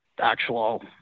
actual